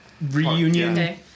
reunion